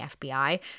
FBI